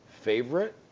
favorite